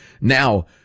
Now